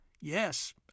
Yes